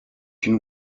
une